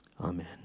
amen